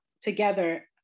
together